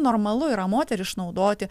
normalu yra moterį išnaudoti